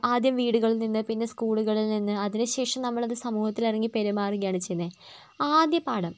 ആദ്യം വീടുകളിൽ നിന്ന് പിന്നെ സ്കൂളുകളിൽ നിന്ന് അതിന് ശേഷം നമ്മളത് സമൂഹത്തിലിറങ്ങി പെരുമാറുകയാണ് ചെയ്യുന്നത് ആദ്യ പാഠം